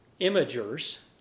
imagers